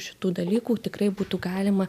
šitų dalykų tikrai būtų galima